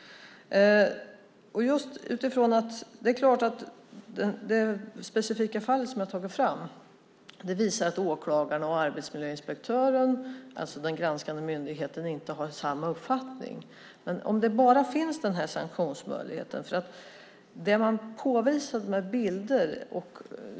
Det specifika fall jag har tagit fram visar att åklagarna och arbetsmiljöinspektören, alltså den granskande myndigheten, inte har samma uppfattning. Men finns bara den här sanktionsmöjligheten? Man påvisade ju detta med bilder.